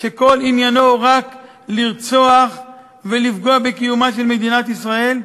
שכל עניינו רק לרצוח ולפגוע בקיומה של מדינת ישראל?